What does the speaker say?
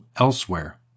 elsewhere